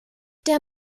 der